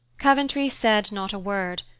coventry said not a word,